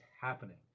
happening